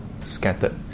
scattered